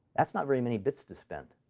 that's not very many bits to spend.